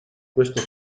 questo